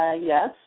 yes